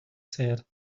said